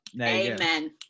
amen